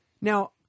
Now